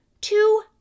two